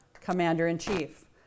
commander-in-chief